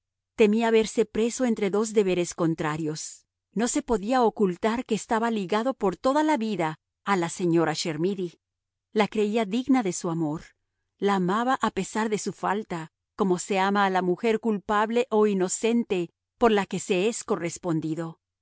temía verse preso entre dos deberes contrarios no se podía ocultar que estaba ligado por toda la vida a la señora chermidy la creía digna de su amor la amaba a pesar de su falta como se ama a la mujer culpable o inocente por la que se es correspondido